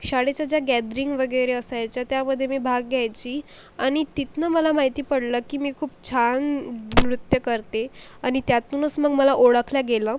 शाळेच्या ज्या गॅदरिंग वगैरे असायच्या त्यामध्ये मी भाग घ्यायची आणि तिथनं मला माहिती पडलं की मी खूप छान नृत्य करते आणि त्यातूनस मग मला ओळखल्या गेलं